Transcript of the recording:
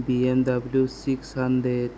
BMW six hundred